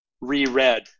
re-read